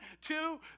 two